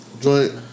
joint